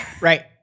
Right